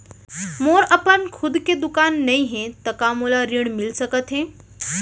मोर अपन खुद के दुकान नई हे त का मोला ऋण मिलिस सकत?